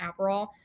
Aperol